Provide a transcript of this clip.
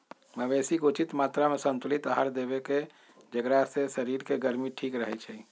मवेशी के उचित मत्रामें संतुलित आहार देबेकेँ जेकरा से शरीर के गर्मी ठीक रहै छइ